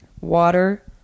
Water